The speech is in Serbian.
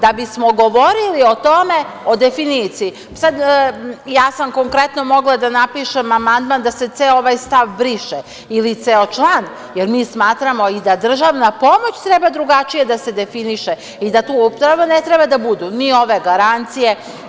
Da bismo govorili o tome, o definiciji, sad, ja sam konkretno mogla da napišem amandman da se ceo ovaj stav briše ili ceo član, jer smatramo i da državna pomoć treba drugačije da se definiše i da tu upravo ne treba da budu ni ove garancije.